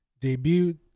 debut